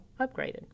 upgraded